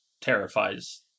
terrifies